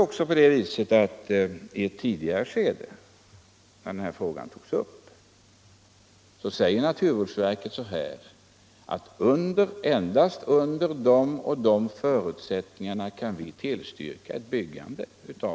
I ett tidigare skede, när denna fråga togs upp, sade naturvårdsverket att det endast under de och de förutsättningarna kunde tillstyrka ett byggande.